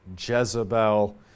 Jezebel